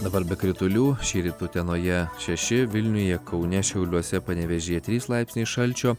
dabar be kritulių šįryt utenoje šeši vilniuje kaune šiauliuose panevėžyje trys laipsniai šalčio